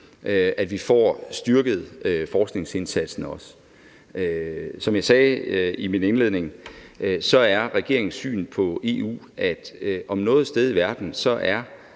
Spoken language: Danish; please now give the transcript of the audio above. at vi også får styrket forskningsindsatsen. Som jeg sagde i min indledning, er regeringens syn på EU, at om noget sted i verden er